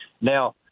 Now